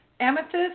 amethyst